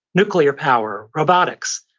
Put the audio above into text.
nuclear power, robotics,